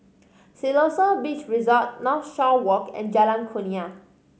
Siloso Beach Resort Northshore Walk and Jalan Kurnia